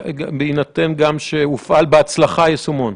בהינתן גם שהופעל בהצלחה היישומון.